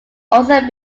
also